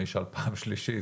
אשאל פעם שלישית,